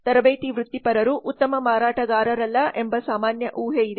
ತರಬೇತಿ ವೃತ್ತಿಪರರು ಉತ್ತಮ ಮಾರಾಟಗಾರರಲ್ಲ ಎಂಬ ಸಾಮಾನ್ಯ ಊಹೆಯಿದೆ